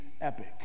epic